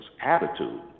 attitude